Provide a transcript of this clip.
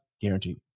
Guaranteed